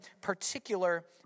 particular